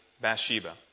Bathsheba